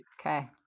okay